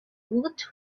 woot